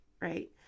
right